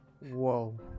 Whoa